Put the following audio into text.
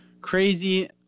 crazy